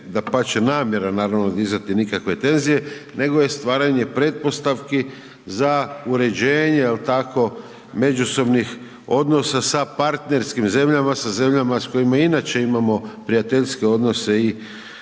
dapače, namjera naravno dizati nikakve tenzije, nego je stvaranje pretpostavki za uređenje jel tako međusobnih odnosa sa partnerskim zemljama, sa zemljama s kojima inače imamo prijateljske odnose i